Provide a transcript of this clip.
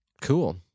cool